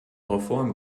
reform